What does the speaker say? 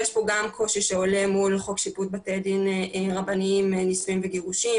שיש פה גם קושי שעולה מול חוק שיפוט בתי דין רבניים (נישואין וגירושין),